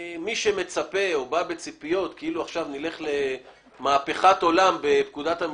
מי שמצפה או בא עם ציפיות שנלך עכשיו למהפכת עולם בפקודת המסים,